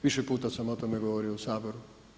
Više puta sam o tome govorio u Saboru.